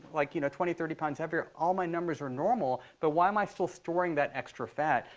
like, you know twenty, thirty pounds heavier. all my numbers are normal. but why am i still storing that extra fat?